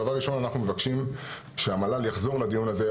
דבר ראשון אנחנו מבקשים שהמל"ל יחזור לדיון הזה.